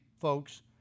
folks